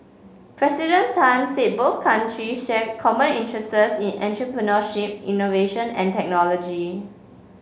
President Tan said both country share common interests in entrepreneurship innovation and technology